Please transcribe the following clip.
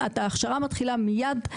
וההכשרה מתחילה מיד ובהמשך לאולפן עברית.